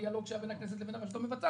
ובדיאלוג שהיה בין הכנסת לבין הרשות המבצעת,